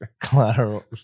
Collateral